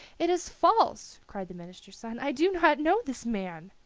it is false, cried the minister's son. i do not know this man!